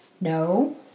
No